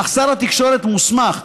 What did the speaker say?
אך שר התקשורת מוסמך,